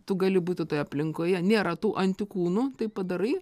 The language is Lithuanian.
tu gali būti toje aplinkoje nėra tų antikūnų taip padarai